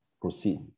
proceed